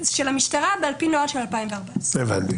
זה של המשטרה, ועל פי נוהל של 2014. הבנתי.